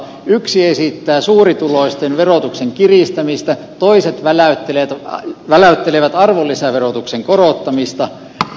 yksi esittää suurituloisten verotuksen kiristämistä toiset väläyttelevät arvonlisäverotuksen korottamista